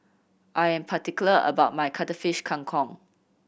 I am particular about my Cuttlefish Kang Kong